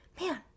man